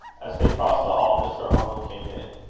as they crossed the hall, mr. arnold came in.